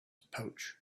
pouch